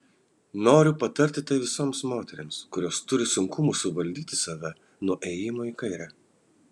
noriu patarti tai visoms moterims kurios turi sunkumų suvaldyti save nuo ėjimo į kairę